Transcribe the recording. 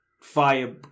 fire